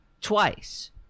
twice